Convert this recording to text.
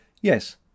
Yes